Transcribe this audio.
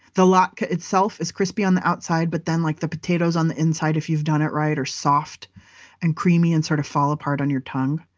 the latke itself is crispy on the outside, but then like the potatoes on the inside, if you've done it right, are soft and creamy and sort of fall apart on your tongue.